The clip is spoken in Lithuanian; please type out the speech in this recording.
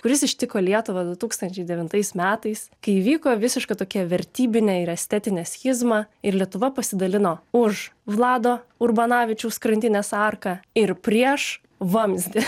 kuris ištiko lietuvą du tūkstančiai devintais metais kai įvyko visiška tokia vertybinė ir estetinė schizma ir lietuva pasidalino už vlado urbanavičiaus krantinės arką ir prieš vamzdį